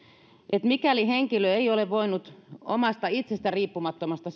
että mikäli henkilö ei ole voinut omasta itsestään riippumattomasta